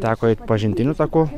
teko eit pažintiniu taku